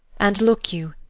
and, look you,